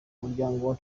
umuryango